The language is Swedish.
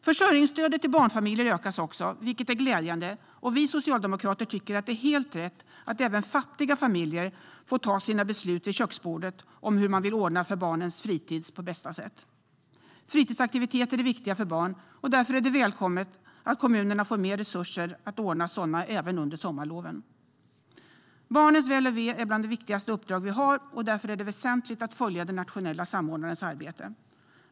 Försörjningsstödet till barnfamiljer ökas också, vilket är glädjande, och vi socialdemokrater tycker att det är helt rätt att även fattiga familjer får fatta sina beslut vid köksbordet om hur de vill ordna för barnens fritid på bästa sätt. Fritidsaktiviteter är viktiga för barn, och därför är det välkommet att kommunerna får mer resurser att ordna sådana även under sommarloven. Barnens väl och ve är bland de viktigaste uppdrag vi har, och därför är det väsentligt att följa den nationella samordnarens arbete.